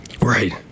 Right